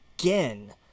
again